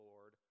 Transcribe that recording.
Lord